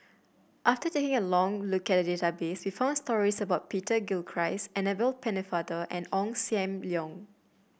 after taking a long look at database we found stories about Peter Gilchrist Annabel Pennefather and Ong Sam Leong